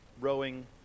rowing